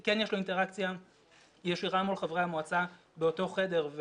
כן יש לו אינטראקציה ישירה מול חברי המועצה באותו חדר,